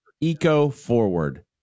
Eco-forward